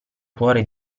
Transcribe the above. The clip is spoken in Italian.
cuore